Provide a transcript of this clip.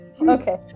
Okay